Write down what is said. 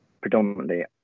predominantly